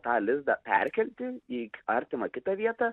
tą lizdą perkelti į artimą kitą vietą